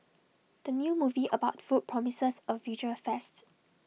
the new movie about food promises A visual feast